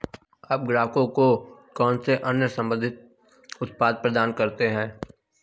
आप ग्राहकों को कौन से अन्य संबंधित उत्पाद प्रदान करते हैं?